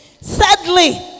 Sadly